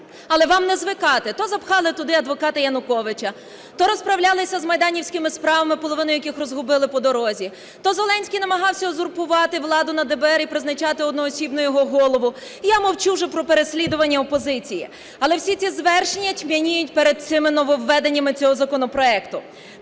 Але вам не звикати: то запхали туди адвоката Януковича, то розправлялися з майданівськими справами, половину яких розгубили по дорозі, то Зеленський намагався узурпувати владу над ДБР і призначати одноосібно його голову. Я мовчу вже про переслідування опозиції. Але всі ці звершення тьмяніють перед цими нововведеннями цього законопроекту.